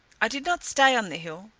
i did not stay on the hill,